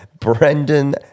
Brendan